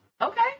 Okay